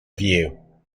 view